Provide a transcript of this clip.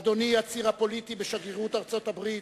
אדוני הציר הפוליטי בשגרירות ארצות-הברית,